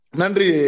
Nandri